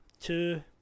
Two